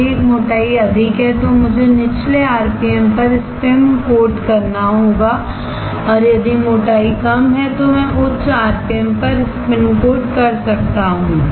यदि एक मोटाई अधिक है तो मुझे निचले आरपीएम पर स्पिन कोट करना होगा और यदि मोटाई कम है तो मैं उच्च आरपीएम पर स्पिनकोट कर सकता हूं